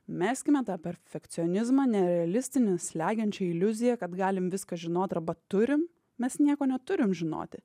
meskime tą perfekcionizmą nerealistinę slegiančią iliuziją kad galim viską žinot arba turim mes nieko neturim žinoti